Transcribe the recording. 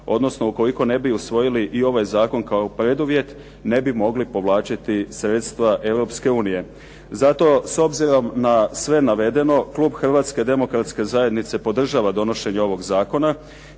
odnosno ukoliko ne bi usvojili i ovaj zakon kao preduvjet ne bi mogli povlačiti sredstva Europske unije. Zato s obzirom na sve navedeno klub Hrvatske demokratske zajednice podržava donošenje ovog zakona